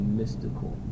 mystical